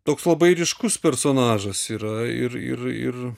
toks labai ryškus personažas yra ir ir ir